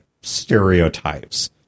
stereotypes